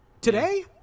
Today